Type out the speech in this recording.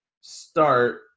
start